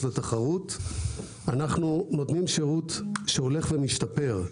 לתחרות אנחנו נותנים שירות שהולך ומשתפר.